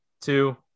two